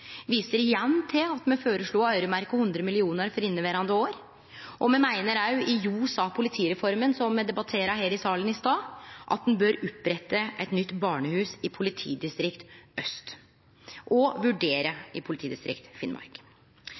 viser igjen til at me føreslo å øyremerkje 100 mill. kr for inneverande år. Me meiner også –i ljos av politireforma, som me debatterte her i salen i stad – at ein bør opprette eit nytt barnehus i politidistrikt aust og vurdere å opprette eit i politidistrikt Finnmark.